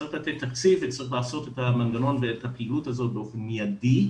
צריך לתת תקציב ולעשות את המנגנון ואת הפעילות הזאת באופן מיידי.